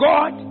God